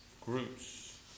groups